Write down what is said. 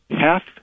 half